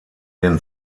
den